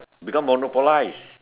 become monopolize